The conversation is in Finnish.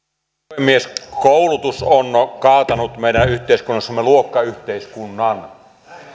puhemies koulutus on kaatanut meidän yhteiskunnassamme luokkayhteiskunnan